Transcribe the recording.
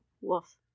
Wolf